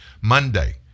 Monday